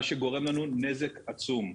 מה שגורם לנו נזק עצום.